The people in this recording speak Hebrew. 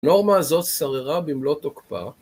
הנורמה הזאת שררה במלוא תוקפה